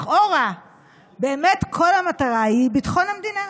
לכאורה באמת כל המטרה היא ביטחון המדינה.